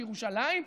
בירושלים,